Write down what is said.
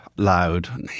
Loud